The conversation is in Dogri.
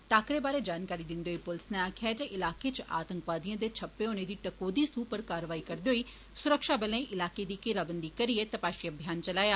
टाकरे बारै जानकारी दिन्दे होई पुलस नै आक्खेआ जे इलाके च आतंकवादिएं दे छप्पे होने दी टकोहदी सुह उप्पर कारवाई करदे होई सुरक्षाबलें इलाके दी घेराबंदी करियै तपाषी अभियान चलाया